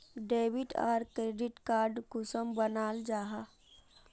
Debit आर credit card कुंसम बनाल जाहा?